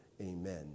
Amen